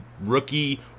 rookie